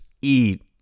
eat